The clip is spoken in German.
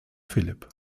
philipp